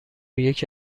یکی